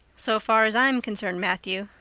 so far as i'm concerned, matthew,